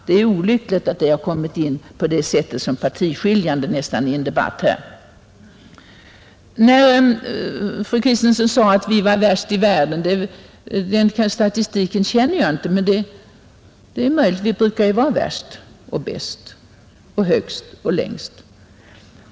Det är olyckligt att detta har kommit att bli nära nog partiskiljande i debatten här. Fru Kristensson sade att vi var värst i världen. Den statistiken känner jag inte till, men det är mycket möjligt; vi brukar ju vara värst — och bäst och högst och längst.